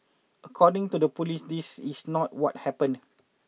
according to the police this is not what happened